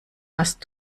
hast